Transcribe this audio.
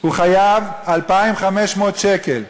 הוא חייב 2,500 שקל.